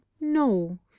no